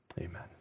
Amen